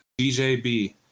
DJB